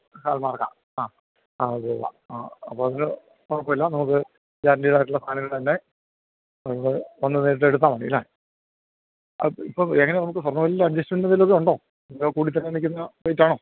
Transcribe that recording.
hall മാർക്കാണ് ആ ആ ഉവ്വൊവ്വ് ആ അപ്പോഴതിനു കുഴപ്പമില്ല നമുക്ക് ഗ്യാരണ്ടീടായിട്ടുള്ള സാധനങ്ങള് തന്നെ ഞങ്ങള് വന്നു നേരിട്ടെടുത്താല് മതിയല്ലോ ഇപ്പോള് എങ്ങനെയാണു നമുക്ക് സ്വർണ്ണവിലയിൽ അഡ്ജസ്റ്റ്മെൻ്റ് എന്തേലും ഒക്കെ ഉണ്ടോ അതോ കൂടിത്തന്നെ നില്ക്കുന്ന റേറ്റാണോ